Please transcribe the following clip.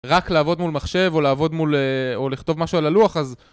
רק לעבוד מול מחשב, או לעבוד מול... או לכתוב משהו על הלוח, אז...